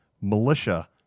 militia